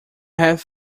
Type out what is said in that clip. have